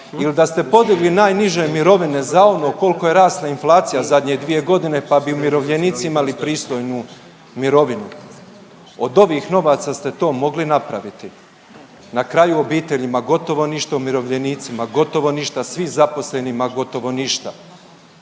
ili da ste podigli najniže mirovine za ono koliko je rasla inflacija zadnje 2 godine pa bi umirovljenici imali pristojnu mirovinu. Od ovih novaca ste to mogli napraviti na kraju obiteljima, gotovo ništa umirovljenicima, gotovo ništa svim zaposlenima gotovo ništa.